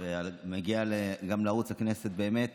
מגיע גם לערוץ הכנסת באמת